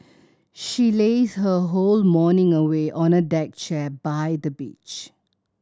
she lazed her whole morning away on a deck chair by the beach